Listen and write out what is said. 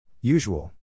Usual